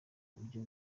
buryo